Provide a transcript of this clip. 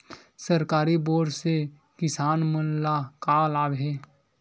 सरकारी बोर से किसान मन ला का लाभ हे?